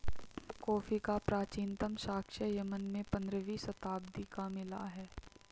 coffee का प्राचीनतम साक्ष्य यमन में पंद्रहवी शताब्दी का मिला है